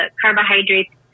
carbohydrates